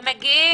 הם מגיעים.